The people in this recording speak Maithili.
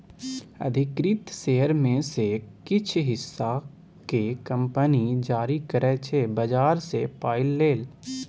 अधिकृत शेयर मे सँ किछ हिस्सा केँ कंपनी जारी करै छै बजार सँ पाइ लेल